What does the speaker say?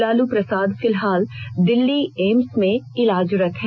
लालू प्रसाद फिलहाल दिल्ली एम्स में इलाजरत हैं